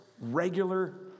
regular